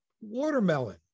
watermelon